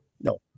No